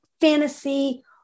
fantasy